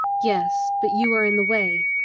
yes, but you are in the way,